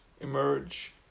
emerge